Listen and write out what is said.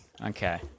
Okay